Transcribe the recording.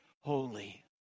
holy